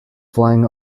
flying